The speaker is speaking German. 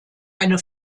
eine